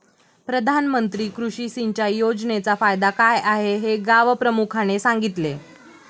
प्रधानमंत्री कृषी सिंचाई योजनेचा फायदा काय हे गावप्रमुखाने सांगितले